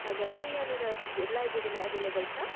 हजुर त्यो यहाँनिर चाहिँ लाइब्रेरीमा एभाइलेभल छ